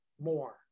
more